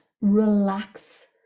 relax